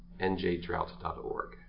njdrought.org